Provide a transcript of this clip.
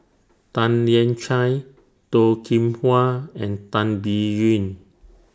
Tan Lian Chye Toh Kim Hwa and Tan Biyun